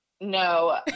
No